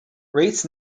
rates